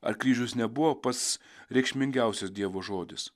ar kryžius nebuvo pats reikšmingiausias dievo žodis